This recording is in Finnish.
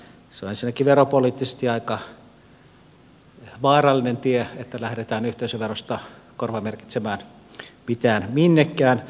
se on ensinnäkin veropoliittisesti aika vaarallinen tie että lähdetään yhteisöverosta korvamerkitsemään mitään minnekään